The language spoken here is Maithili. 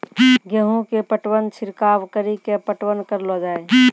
गेहूँ के पटवन छिड़काव कड़ी के पटवन करलो जाय?